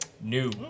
New